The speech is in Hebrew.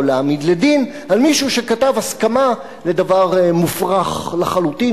להעמיד לדין על מישהו שכתב הסכמה לדבר מופרך לחלוטין